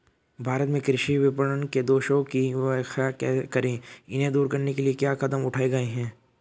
भारत में कृषि विपणन के दोषों की व्याख्या करें इन्हें दूर करने के लिए क्या कदम उठाए गए हैं?